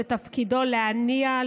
ותפקידו להניע,